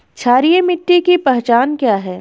क्षारीय मिट्टी की पहचान क्या है?